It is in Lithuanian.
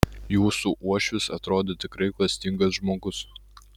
jūsų uošvis atrodo tikrai klastingas žmogus